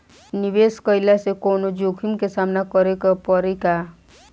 निवेश कईला से कौनो जोखिम के सामना करे क परि का?